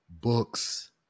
books